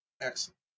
Excellent